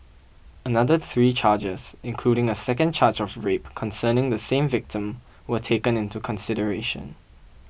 another three charges including a second charge of rape concerning the same victim were taken into consideration